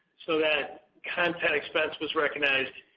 so that context expense was recognized